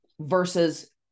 versus